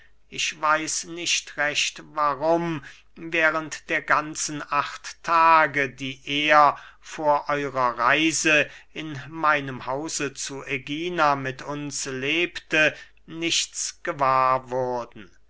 ich weiß nicht recht warum während der ganzen acht tage die er vor euerer reise in meinem hause zu ägina mit uns lebte nichts gewahr wurden